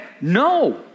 no